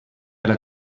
alla